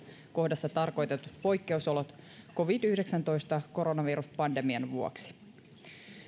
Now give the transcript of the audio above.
kohdassa tarkoitetut poikkeusolot covid yhdeksäntoista koronaviruspandemian vuoksi